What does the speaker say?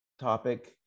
topic